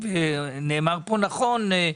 ונאמר פה נכון,